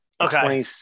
okay